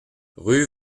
rue